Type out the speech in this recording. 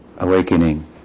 awakening